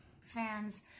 fans